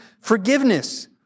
forgiveness